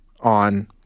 on